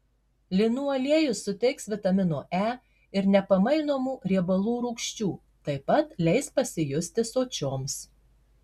linų aliejus suteiks vitamino e ir nepamainomų riebalų rūgščių taip pat leis pasijusti sočioms